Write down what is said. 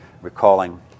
recalling